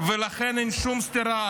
ולכן אין שום סתירה,